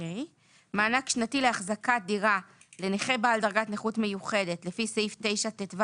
2. מענק שנתי לאחזקת דירה לנכה בעל דרגת נכות מיוחדת לפי סעיף 9טו(1).